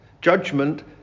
judgment